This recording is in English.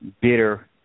bitter